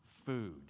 food